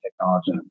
technology